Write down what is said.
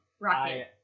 Rocket